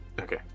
Okay